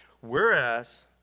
Whereas